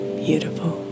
beautiful